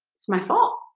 it's my fault.